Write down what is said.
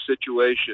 situation